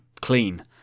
clean